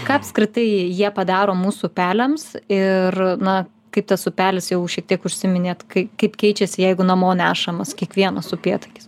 ką apskritai jie padaro mūsų upeliams ir na kaip tas upelis jau šiek tiek užsiminėt kai kaip keičiasi jeigu namo nešamas kiekvienas upėtakis